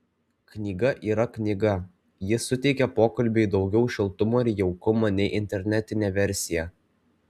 knyga yra knyga ji suteikia pokalbiui daugiau šiltumo ir jaukumo nei internetinė versija